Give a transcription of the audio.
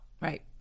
Right